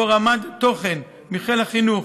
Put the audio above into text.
שבו רמ"ד תוכן מחיל החינוך